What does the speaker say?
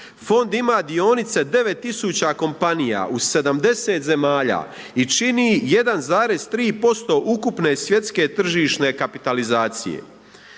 Fond ima dionice 9000 kompanija u 70 zemalja i čini 1,3% ukupne svjetske tržišne kapitalizacije.